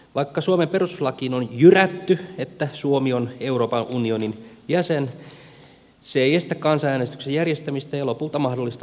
vaikka suomen perustuslakiin on jyrätty että suomi on euroopan unionin jäsen se ei estä kansanäänestyksen järjestämistä ja lopulta mahdollista eroamista